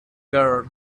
girl